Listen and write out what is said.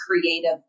creative